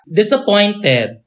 disappointed